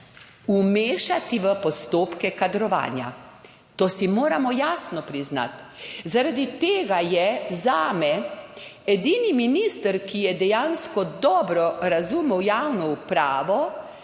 vmešati v postopke kadrovanja. To si moramo jasno priznati. Zaradi tega je zame edini minister, ki je dejansko dobro razumel javno upravo,